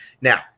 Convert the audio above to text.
Now